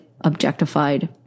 objectified